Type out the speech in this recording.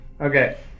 Okay